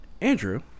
andrew